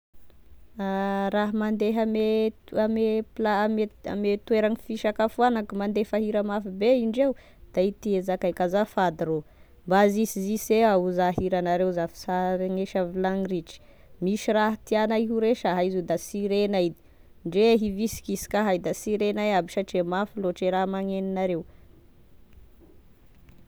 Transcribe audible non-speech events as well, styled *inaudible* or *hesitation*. *hesitation* Raha mandeha ame ame pla-ame toera fisakafoanako mandefa hira mafibe indreo da ity e zakaiko: azafady rô mba azisiziseo ah hoza e hiragnareo za fa sy aharegnesa vilagny ritry misy raha tiagnay horesaha izy io da sy renay ndre hibisibisiky ahay da sy renay aby satria mafy loatry e raha magnenonareo.